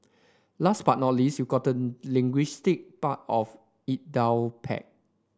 last but not least you gotten linguistic part of it down pat